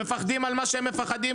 מפחדים על מה שהם מפחדים,